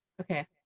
Okay